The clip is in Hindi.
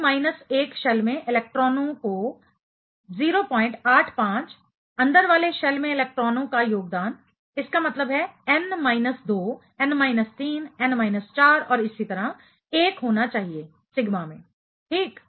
n माइनस 1 शेल में इलेक्ट्रॉनों को 085 अंदर वाले शेल में इलेक्ट्रॉनों का योगदान इसका मतलब है n माइनस 2 n माइनस 3 और n माइनस 4 और इसी तरह 1 होना चाहिए सिग्मा में ठीक